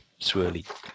swirly